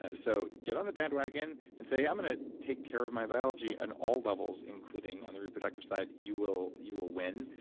and so get on the bandwagon and say, i'm going to take care of my biology on all levels, including on the reproductive side. you will you will win.